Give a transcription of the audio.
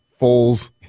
Foles